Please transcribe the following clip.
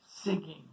Singing